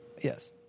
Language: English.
Yes